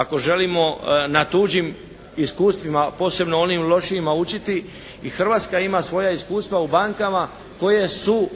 ako želimo na tuđim iskustvima, a posebno onim lošijima učiti i Hrvatska ima svoja iskustva u bankama koje su